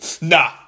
Nah